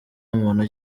muntu